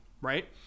right